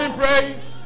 praise